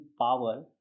power